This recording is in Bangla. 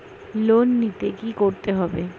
লোন নিতে কী করতে হবে?